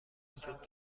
وجود